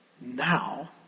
Now